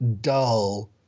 dull